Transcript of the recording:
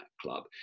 club